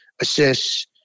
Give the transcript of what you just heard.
assists